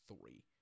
three